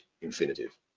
infinitive